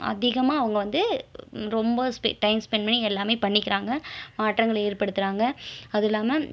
அதிகமாக அவங்க வந்து ரொம்ப ஸ்பெ டைம் ஸ்பெண்ட் பண்ணி எல்லாமே பண்ணிக்கிறாங்கள் மாற்றங்கள் ஏற்படுத்துகிறாங்க அது இல்லாமல்